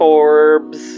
Corbs